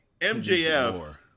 MJF